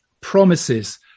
promises